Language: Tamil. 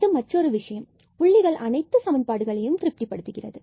இது மற்றொரு விஷயம் புள்ளிகள் அனைத்து சமன்பாடுகளையும் திருப்தி படுத்துகிறது